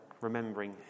remembering